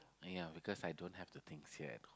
ya because I don't have the things yet